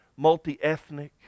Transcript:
multiethnic